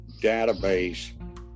database